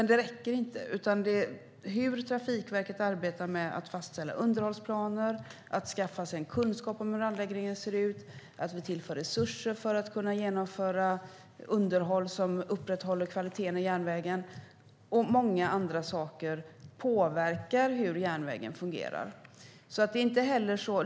Det räcker dock inte, utan det är hur Trafikverket arbetar med att fastställa underhållsplaner och skaffa sig kunskap om hur anläggningen ser ut, att vi tillför resurser för att kunna genomföra underhåll som upprätthåller kvaliteten i järnvägen och många andra saker som påverkar hur järnvägen fungerar.